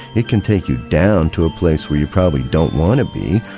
it can take you down to a place where you probably don't want to be,